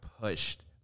pushed